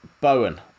bowen